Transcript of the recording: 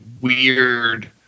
weird